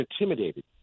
intimidated